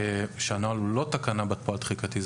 היא שהנוהל הוא לא תקנה בת פועל תחיקתי,